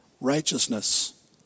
righteousness